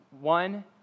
One